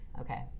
Okay